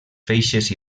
feixes